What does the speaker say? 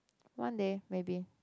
one day maybe